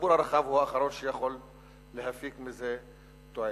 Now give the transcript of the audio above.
הציבור הרחב הוא האחרון שיכול להפיק מזה תועלת.